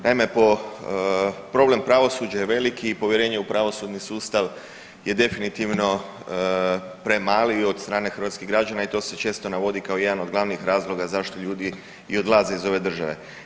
Naime, problem pravosuđa je veliki i povjerenje u pravosudni sustav je definitivno premali od strane hrvatskih građana i to se često navodi kao jedan od glavnih razloga zašto ljudi i odlaze iz ove države.